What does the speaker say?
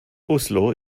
oslo